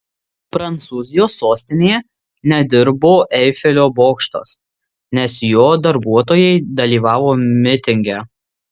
prancūzijos sostinėje nedirbo eifelio bokštas nes jo darbuotojai dalyvavo mitinge